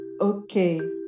Okay